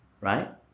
right